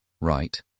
right